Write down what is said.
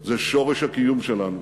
זה שורש הקיום שלנו.